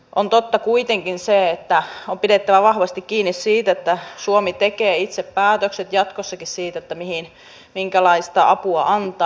on totta kuitenkin se että on pidettävä vahvasti kiinni siitä että suomi tekee itse päätökset jatkossakin siitä minkälaista apua antaa